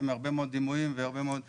עם הרבה מאוד דימויים והרבה מאוד דברים.